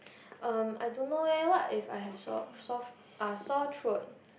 um I don't know leh what if I have sore soft uh sore throat